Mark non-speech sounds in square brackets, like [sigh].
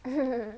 [laughs]